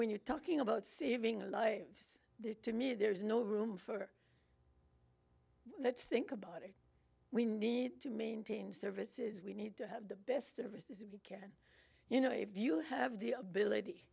when you're talking about saving a life to me there's no room for let's think about it we need to maintain services we need to have the best services you know if you have the ability